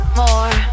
more